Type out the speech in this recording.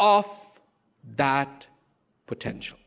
of that potential